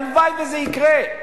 הלוואי שזה יקרה,